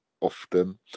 often